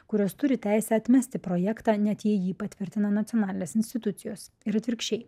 kurios turi teisę atmesti projektą net jei jį patvirtina nacionalinės institucijos ir atvirkščiai